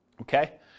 Okay